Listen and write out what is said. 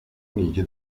uniti